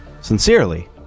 Sincerely